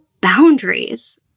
boundaries